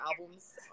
albums